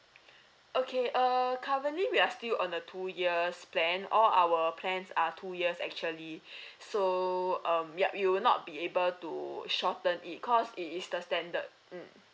okay err currently we are still on the two years plan all our plans are two years actually so um yup you will not be able to shorten it cause it is the standard mm